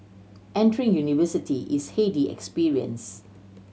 entering university is heady experience